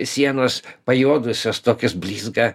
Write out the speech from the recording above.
sienos pajuodusios tokios blizga